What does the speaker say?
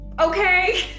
Okay